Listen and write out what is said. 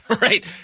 Right